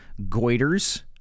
goiters